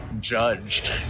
judged